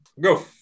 go